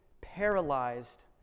paralyzed